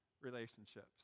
relationships